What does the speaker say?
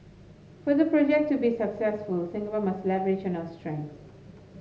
for the project to be successful Singapore must leverage on strengths